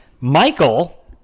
Michael